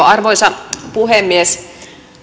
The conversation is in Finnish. arvoisa puhemies